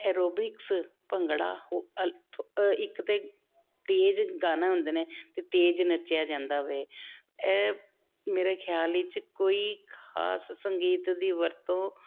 aerobics bhangra ਇੱਕ ਤਾਂ ਤੇਜ ਗਾਨਾ ਹੁੰਦੇ ਨੇ ਅਤੇ ਤੇਜ਼ ਨੱਚਿਆ ਜਾਂਦਾ ਵੇ ਮੇਰੇ ਖਿਆਲ 'ਚ ਕੋਈ ਖਾਸ ਸੰਗੀਤ ਦੀ ਵਰਤੋਂ